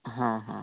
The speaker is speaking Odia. ହଁ ହଁ